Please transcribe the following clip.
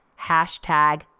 hashtag